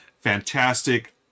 Fantastic